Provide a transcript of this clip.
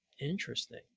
interesting